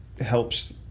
helps